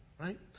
right